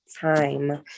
time